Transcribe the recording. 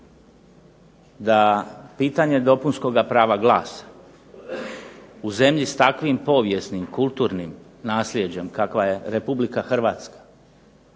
da pitanje dopunskoga prava glasa u zemlji s takvim povijesnim, kulturnim naslijeđem kakva je RH nije nikakva